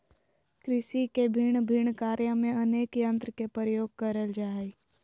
कृषि के भिन्न भिन्न कार्य में अनेक यंत्र के प्रयोग करल जा हई